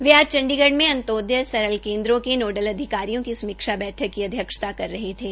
वे आज चंडीगढ़ में अंतयोदय सरल केन्द्रों के नोडल अधिकारियों की समीक्षा बैठक की अध्यक्षता कर रहे थे